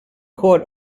court